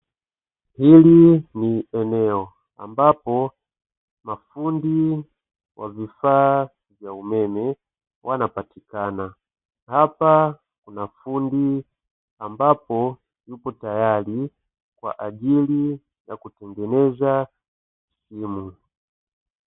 Hili ni eneo ambapo mafundi wa vifaa vya umeme wanapatikana. Hapa kuna fundi ambapo yupo tayari kwa ajili ya kutengeneza simu.